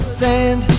sand